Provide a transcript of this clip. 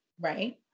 Right